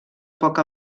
poca